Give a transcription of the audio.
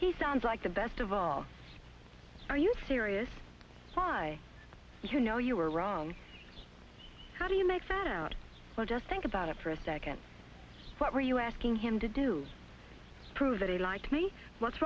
he sounds like the best of all are you serious you know you are wrong how do you make that out well just think about it for a second what were you asking him to do prove that he lied to me what's